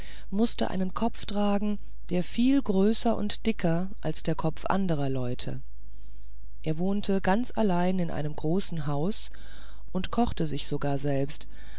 mußte einen kopf tragen viel größer und dicker als der kopf anderer leute er wohnte ganz allein in einem großen haus und kochte sich sogar selbst